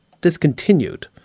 discontinued